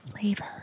flavor